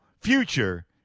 Future